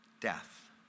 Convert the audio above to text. Death